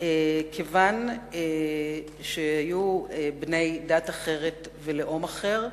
כיוון שהיו בני דת אחרת ולאום אחר,